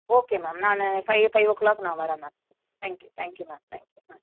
okay ma'am நான் five five o'clock நான் வரேன் ma'am thank you thank you ma'am thank you ம்